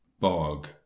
bog